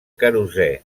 querosè